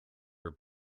her